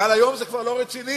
בכלל היום זה כבר לא רציני.